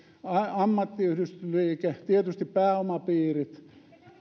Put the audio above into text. ammattiyhdistysliike tietysti pääomapiirit